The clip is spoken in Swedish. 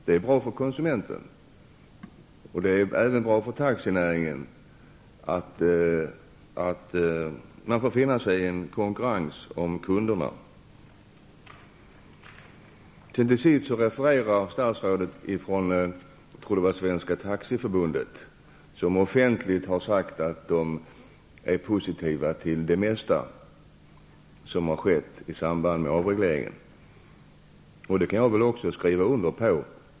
Det är bra för konsumenten, och det är även bra för taxinäringen att få finna sig i en konkurrens om kunderna. Statsrådet refererar till Svenska Taxiförbundet, som offentligt har sagt att man är positiv till det mesta som har skett i samband med avregleringen. Det kan jag också skriva under på.